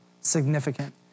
significant